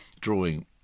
drawing